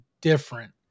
Different